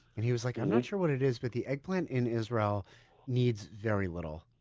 and he was like, i'm not sure what it is, but the eggplant in israel needs very little.